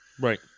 right